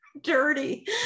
dirty